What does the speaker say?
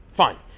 fine